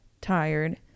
tired